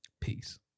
Peace